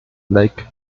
like